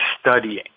studying